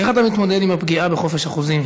איך אתה מתמודד עם הפגיעה בחופש החוזים,